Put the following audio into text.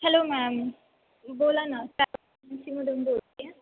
hello ma'am बोला ना travel एजन्सीमधून बोलते आहे